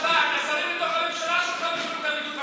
שיושבים איתך בשולחן הממשלה מפירים את ההנחיות,